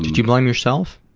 did you blame yourself?